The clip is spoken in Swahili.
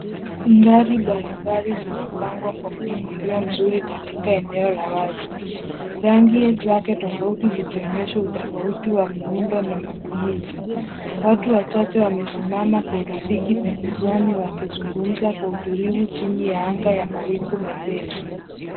Gari mbalimbali zimepangwa kwa mpangilio mzuri katika eneo la wazi, rangi zake tofauti zikionyesha utofauti wa miundo na matumizi. Watu wachache wamesimama kwa urafiki pembezoni wakizungumza kwa utulivu chini ya anga ya mawingu mepesi.